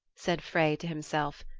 said frey to himself,